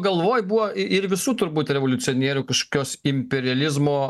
galvoj buvo ir visų turbūt revoliucionierių kažkokios imperializmo